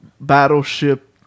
battleship